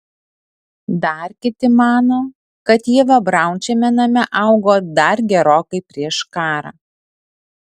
dar kiti mano kad ieva braun šiame name augo dar gerokai prieš karą